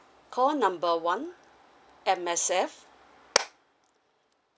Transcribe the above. call number one M_S_F